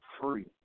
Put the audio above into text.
free